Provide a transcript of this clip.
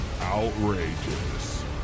outrageous